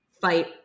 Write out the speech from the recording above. fight